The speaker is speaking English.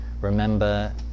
remember